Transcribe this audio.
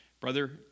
Brother